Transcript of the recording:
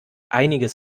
einiges